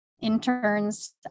interns